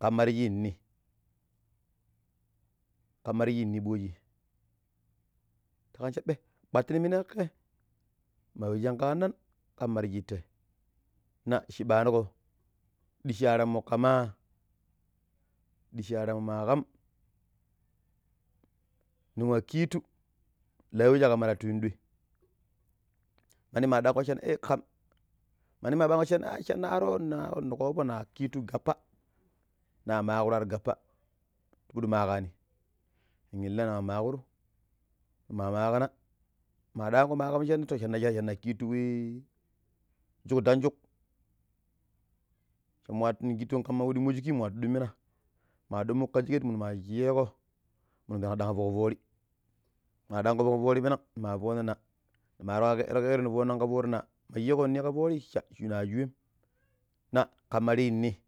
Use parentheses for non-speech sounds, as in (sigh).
﻿Kamar shi ni, ƙamma rashi ni ɓaaji? taƙaabani sha e katin minaiƙe mawe shinƙa anan ƙamma shite na shi ɓaanuƙo ɗiishi aranmo ƙamaa ɗiishi aranmo maƙam (noise) nin wa kitu la we shi ƙamma taayun ɗoi mani ma dakko sha kam mandi palang'h shana (hesitation) na ƙoovo na kiti gappa na maƙuru ar gappa ti pudi maƙarni nin illina nin wa maƙuru nima maaƙina madi palang'h ma kamum shana sha. Shana wa kitu wi juƙ danjuƙ ndang shamaatu nin kituni kitun ƙamma we ɗummo shiki nwatu ɗiimina, ma dumuƙo ƙa sheket minun shigo minun ɗang dank shig foori maɗanƙo foƙ foori ɓirang ma foonan na nima ƙeɗuro kedro ni fona ƙa foori na mashiƙo ni ƙa foori? sha shinu a shu wem na ƙammo rayi ni